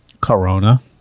Corona